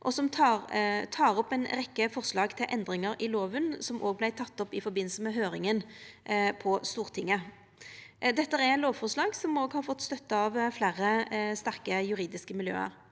og som tek opp ei rekkje forslag til endringar i lova, som òg vart tekne opp i samband med høyringa på Stortinget. Dette er lovforslag som òg har fått støtte frå fleire sterke juridiske miljø.